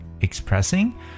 expressing